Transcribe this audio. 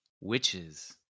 witches